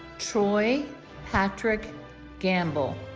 troy patrick gambill